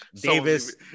Davis